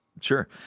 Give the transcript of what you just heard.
Sure